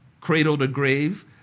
cradle-to-grave